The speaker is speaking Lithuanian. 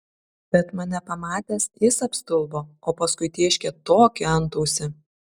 bet mane pamatęs jis apstulbo o paskui tėškė tokį antausį